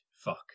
Fuck